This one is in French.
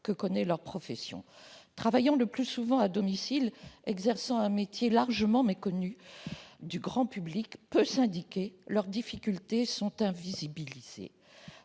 que connaît leur profession. Travaillant le plus souvent à domicile, exerçant un métier largement méconnu du grand public, peu syndiqués, leurs difficultés sont rendues invisibles.